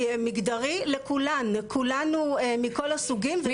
מגדרי לכולן, כולנו מכל הסוגים מכל הצבעים.